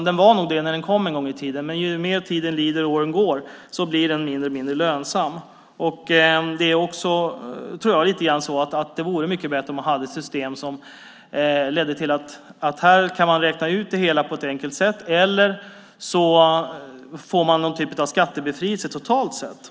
Den var nog det när den kom en gång i tiden, men ju mer tiden lider och åren går blir den mindre och mindre fördelaktig. Jag tror också att det vore mycket bättre om man hade ett system som ledde till att man kunde räkna ut det hela på ett enkelt sätt eller att man fick någon typ av skattebefrielse totalt sett.